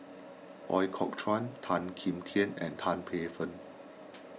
Ooi Kok Chuen Tan Kim Tian and Tan Paey Fern